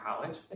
college